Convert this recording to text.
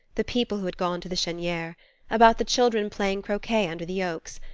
the people who had gone to the cheniere about the children playing croquet under the oaks,